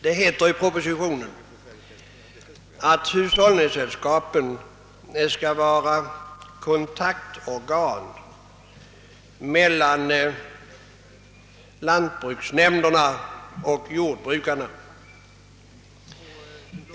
Det heter i propositionen att hushållningssällskapen skall vara kontaktorgan mellan lantbruksnämnderna och jordbrukarna.